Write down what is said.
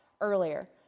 earlier